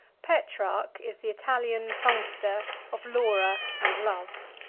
petrarch is the italian songster of laura and love.